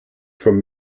from